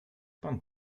pan